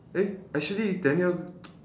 eh actually daniel